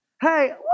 hey